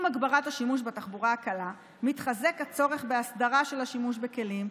עם הגברת השימוש בתחבורה הקלה מתחזק הצורך בהסדרה של השימוש בכלים,